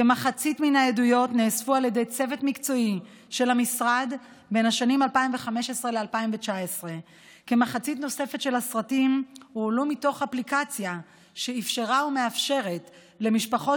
כמחצית מן העדויות נאספו על ידי צוות מקצועי של המשרד בשנים 2015 2019. כמחצית נוספת של הסרטים הועלו מתוך אפליקציה שאפשרה ומאפשרת למשפחות